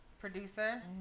producer